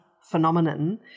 phenomenon